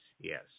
yes